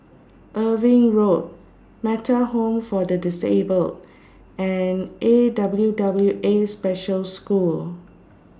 Irving Road Metta Home For The Disabled and A W W A Special School